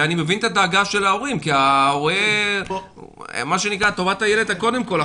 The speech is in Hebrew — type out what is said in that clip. ואני מבין את הדאגה של ההורים כי טובת הילד היא קודם כל.